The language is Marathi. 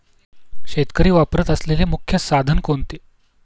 शेतकरी वापरत असलेले मुख्य साधन कोणते?